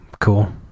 Cool